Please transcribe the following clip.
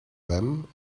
them